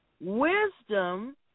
Wisdom